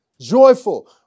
Joyful